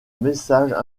messages